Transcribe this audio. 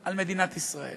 על מדינת ישראל.